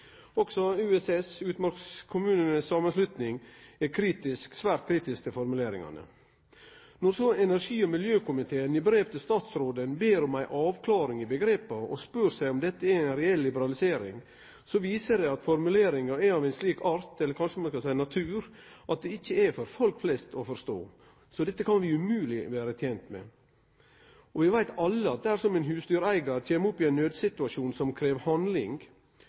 miljøkomiteen i brev til statsråden ber om ei avklaring i omgrepa og spør seg om dette er ei reell liberalisering, så viser det at formuleringa er av ein slik art – eller kanskje ein kan seie natur – at det ikkje er for folk flest å forstå. Så dette kan vi umogleg vere tente med. Og vi veit alle at dersom ein husdyreigar kjem opp i ein nødssituasjon som krev handling,